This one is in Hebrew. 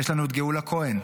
יש לנו את גאולה כהן,